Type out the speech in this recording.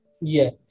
Yes